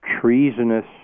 treasonous